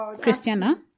christiana